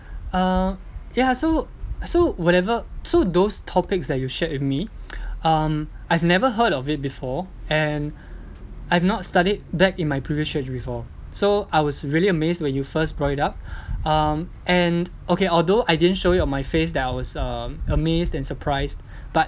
uh ya so so whatever so those topics that you shared with me um I've never heard of it before and I've not studied back in my previous church before so I was really amazed when you first brought it up um and okay although I didn't show it on my face that I was uh amazed and surprised but